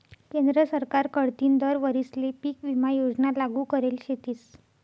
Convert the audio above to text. केंद्र सरकार कडथीन दर वरीसले पीक विमा योजना लागू करेल शेतीस